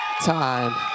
time